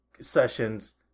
sessions